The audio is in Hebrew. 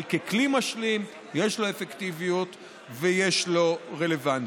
אבל ככלי משלים יש לו אפקטיביות ויש לו רלוונטיות.